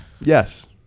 Yes